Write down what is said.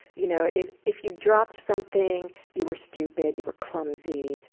you know if if you dropped something, you were stupid, you were clumsy,